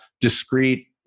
discrete